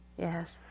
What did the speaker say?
Yes